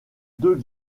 deux